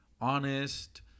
honest